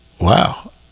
Wow